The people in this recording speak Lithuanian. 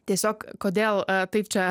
tiesiog kodėl taip čia